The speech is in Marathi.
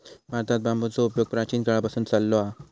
भारतात बांबूचो उपयोग प्राचीन काळापासून चाललो हा